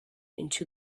into